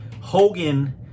Hogan